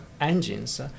engines